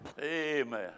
Amen